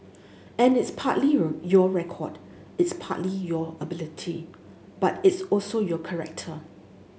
and it's partly your record it's partly your ability but it's also your character